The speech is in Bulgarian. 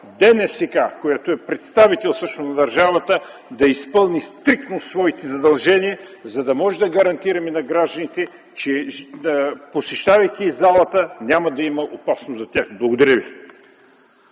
моля: ДНСК, която е представител на държавата, да изпълни стриктно своите задължения, за да гарантираме на гражданите, че посещавайки залата, няма да има опасност за тях. Благодаря Ви.